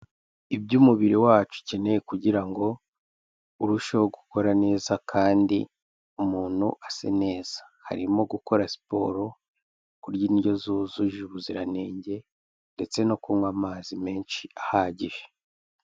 Ibyo umubiri wacu ukeneye kugira ngo urusheho gukora neza kandi umuntu asa neza, harimo gukora siporo, kurya indyo zujuje ubuziranenge ndetse no kunywa amazi menshi ahagije.